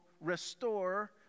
restore